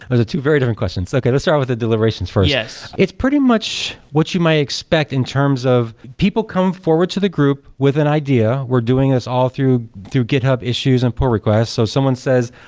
those are two very different questions. okay, let start with the deliberations first yes it's pretty much what you might expect in terms of people come forward to the group with an idea we're doing this all through through github issues and per request. so someone says,